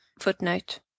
Footnote